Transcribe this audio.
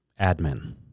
admin